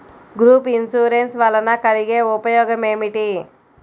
Group insurance వలన కలిగే ఉపయోగమేమిటీ?